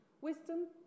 Wisdom